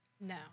No